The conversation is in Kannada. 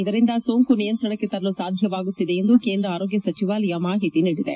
ಇದರಿಂದ ಸೋಂಕು ನಿಯಂತ್ರಣಕ್ಕೆ ತರಲು ಸಾಧ್ಯವಾಗುತ್ತಿದೆ ಎಂದು ಕೇಂದ್ರ ಆರೋಗ್ಡ ಸಚಿವಾಲಯ ಮಾಹಿತಿ ನೀಡಿದೆ